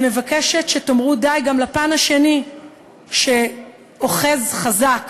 אני מבקשת שתאמרו די גם לפן השני שאוחז חזק,